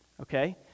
Okay